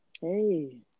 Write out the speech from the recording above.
Hey